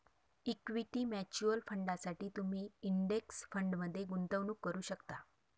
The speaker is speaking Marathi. इक्विटी म्युच्युअल फंडांसाठी तुम्ही इंडेक्स फंडमध्ये गुंतवणूक करू शकता